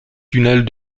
tunnels